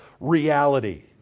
reality